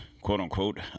quote-unquote